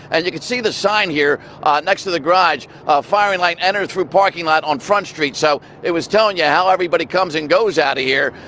and you could see the sign here next to the garage firing line enter through parking lot on front street. so it was telling you yeah how everybody comes and goes out of here.